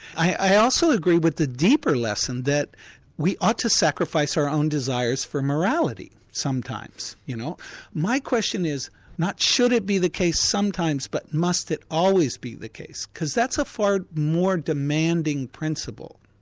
i also agree with the deeper lesson that we ought to sacrifice our own desires for morality sometimes. you know my question is not should it be the case sometimes, but must it always be the case, because that's a far more demanding principle.